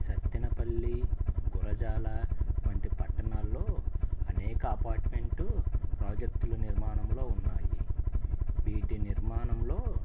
సత్తెనపల్లి గురజాల వంటి పట్టణాల్లో అనేక అపార్ట్మెంటు ప్రాజెక్టులు నిర్మాణంలో ఉన్నాయి వీటి నిర్మాణంలో